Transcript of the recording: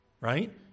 Right